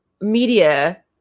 media